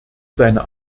seine